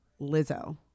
lizzo